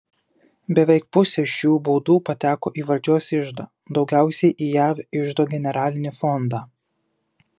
beveik pusė šių baudų pateko į valdžios iždą daugiausiai jav iždo generalinį fondą